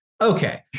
okay